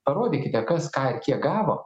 parodykite kas ką ir kiek gavo